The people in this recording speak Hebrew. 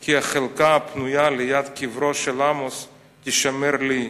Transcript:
כי החלקה הפנויה ליד קברו של עמוס תישמר לי,